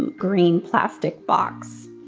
green, plastic box.